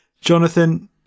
Jonathan